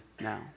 now